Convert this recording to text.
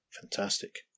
Fantastic